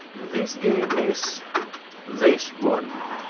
this game is this one.